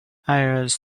hires